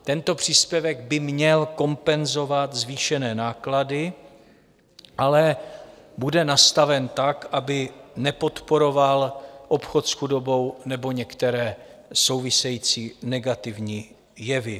Tento příspěvek by měl kompenzovat zvýšené náklady, ale bude nastaven tak, aby nepodporoval obchod s chudobou nebo některé související negativní jevy.